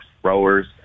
throwers